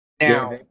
now